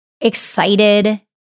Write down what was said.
excited